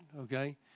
okay